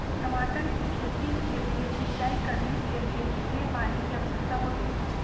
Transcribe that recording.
टमाटर की खेती के लिए सिंचाई करने के लिए कितने पानी की आवश्यकता होती है?